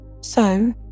So